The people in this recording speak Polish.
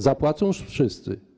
Zapłacą wszyscy.